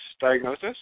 diagnosis